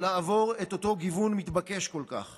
אני רוצה לדבר על 120,000 130,000 נפשות בנגב שחיים בכפרים הלא-מוכרים,